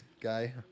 guy